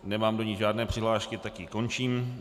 Nemám do ní žádné přihlášky, tak ji končím.